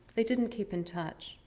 they didn't keep in touch.